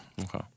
Okay